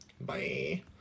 Bye